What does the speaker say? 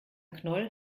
knoll